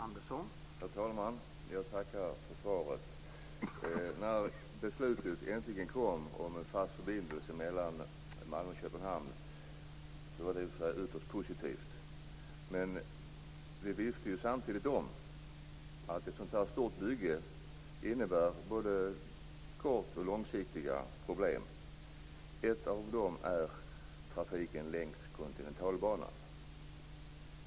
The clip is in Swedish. Herr talman! Jag tackar för svaret. När beslutet om en fast förbindelse mellan Malmö och Köpenhamn äntligen kom var det ytterst positivt. Men vi visste ju samtidigt om att ett sådant stort bygge innebär både kort och långsiktiga problem. Ett av dem är trafiken längs Kontinentalbanan.